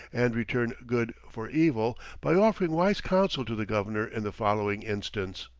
and returned good for evil, by offering wise counsel to the governor in the following instance.